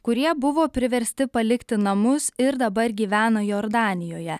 kurie buvo priversti palikti namus ir dabar gyvena jordanijoje